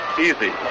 easy